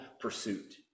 pursuit